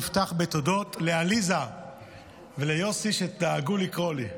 נפתח בתודות לעליזה וליוסי שדאגו לקרוא לי.